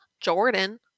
jordan